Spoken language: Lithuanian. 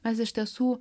mes iš tiesų